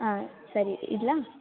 ಹಾಂ ಸರಿ ಇಡ್ಲಾ